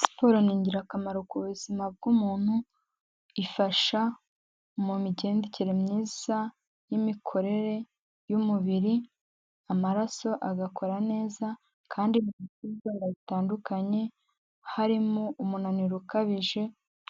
Siporo ni ingirakamaro ku buzima bw'umuntu ifasha mu migendekere myiza n'imikorere y'umubiri, amaraso agakora neza kandi birinda indwara zitandukanye harimo umunaniro ukabije,